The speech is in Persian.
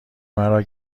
مرا